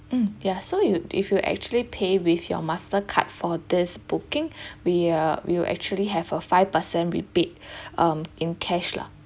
mm ya so you if you actually pay with your mastercard for this booking we uh we will actually have a five percent rebate um in cash lah